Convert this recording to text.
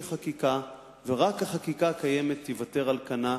חקיקה ורק החקיקה הקיימת תיוותר על כנה,